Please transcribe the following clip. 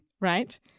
right